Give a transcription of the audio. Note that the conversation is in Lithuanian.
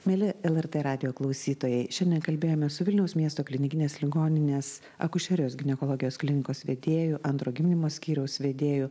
mieli lrt radijo klausytojai šiandien kalbėjomės su vilniaus miesto klinikinės ligoninės akušerijos ginekologijos klinikos vedėju antro gimdymo skyriaus vedėju